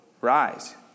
Rise